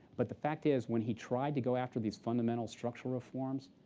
but the fact is, when he tried to go after these fundamental structural reforms,